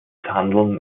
handeln